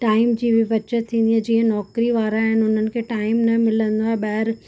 time जी बि बचति थींदी आहे जीअं नौकिरीअ वारा आहिनि उन्हनि खे टाइम न मिलंदो आहे ॿाहिरि